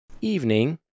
evening